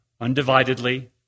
undividedly